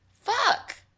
Fuck